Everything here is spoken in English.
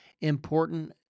important